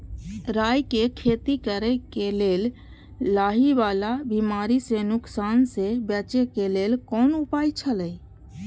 राय के खेती करे के लेल लाहि वाला बिमारी स नुकसान स बचे के लेल कोन उपाय छला?